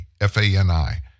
F-A-N-I